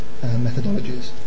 methodologies